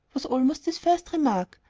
was almost his first remark.